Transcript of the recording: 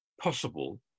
possible